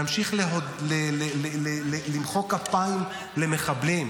להמשיך למחוא כפיים למחבלים,